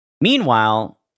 Meanwhile